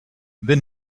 then